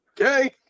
Okay